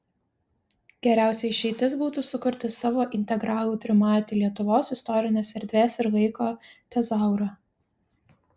geriausia išeitis būtų sukurti savo integralų trimatį lietuvos istorinės erdvės ir laiko tezaurą